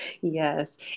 yes